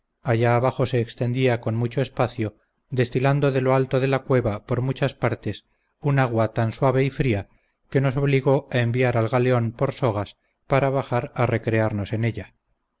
alla abajo se extendía con mucho espacio destilando de lo alto de la cueva por muchas partes una agua tan suave y fría que nos obligó a enviar al galeón por sogas para bajar a recrearnos en ella